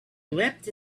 leapt